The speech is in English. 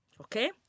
Okay